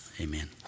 Amen